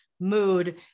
mood